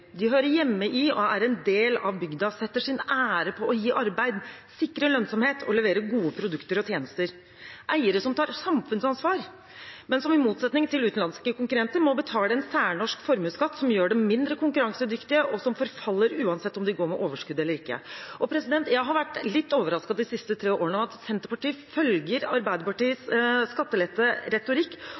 De hører hjemme i og er en del av bygda og setter sin ære i å gi arbeid, sikre lønnsomhet og levere gode produkter og tjenester. Det er eiere som tar samfunnsansvar, men som i motsetning til utenlandske konkurrenter må betale en særnorsk formuesskatt som gjør dem mindre konkurransedyktige, og som forfaller, uansett om bedriften går med overskudd eller ikke. Jeg har de siste tre årene vært litt overrasket over at Senterpartiet følger Arbeiderpartiets skatteletteretorikk om at formuesskatten er å gi skattelette